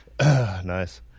nice